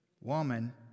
Woman